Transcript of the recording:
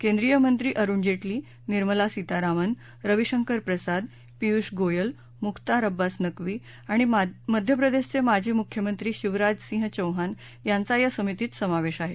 केंद्रीय मंत्री अरुण जेटली निर्मला सीतारामन रविशंकर प्रसाद पियूष गोयल मुख्तार अब्बास नक्वी आणि मध्यप्रदेशचे माजी मुख्यमंत्री शिवराज सिंह चौहान यांचा या समितीत समावेश आहे